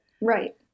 Right